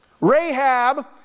rahab